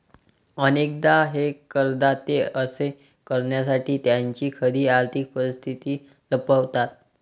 अनेकदा हे करदाते असे करण्यासाठी त्यांची खरी आर्थिक परिस्थिती लपवतात